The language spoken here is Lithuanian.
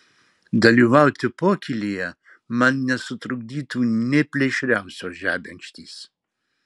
dalyvauti pokylyje man nesutrukdytų nė plėšriausios žebenkštys